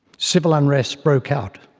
civil unrest broke out.